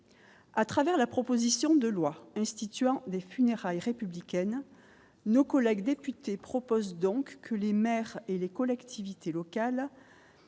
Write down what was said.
à travers la proposition de loi instituant des funérailles républicaine nos collègues députés proposent donc que les maires et les collectivités locales